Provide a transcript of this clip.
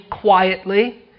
quietly